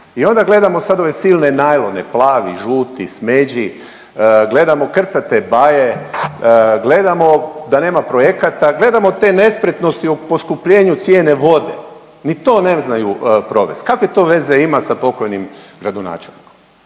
i onda gledamo sad ove silne najlone plavi, žuti, smeđi, gledamo krcate baje, gledamo da nema projekata, gledamo te nespretnosti u poskupljenju cijene vode ni to ne znaju provest. Kakve to veze ima s pokojnim gradonačelnikom?